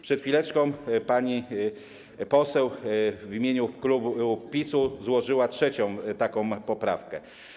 Przed chwileczką pani poseł w imieniu klubu PiS-u złożyła trzecią taką poprawkę.